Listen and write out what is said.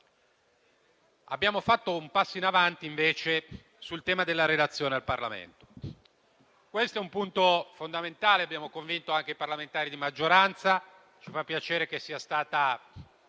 Abbiamo fatto un passo in avanti, invece, sul tema della relazione al Parlamento, che costituisce un punto fondamentale, su cui abbiamo convinto anche i parlamentari di maggioranza, e ci fa piacere che sia stata